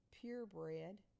purebred